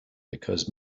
because